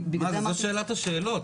זו שאלת השאלות.